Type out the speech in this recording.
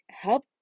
help